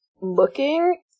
looking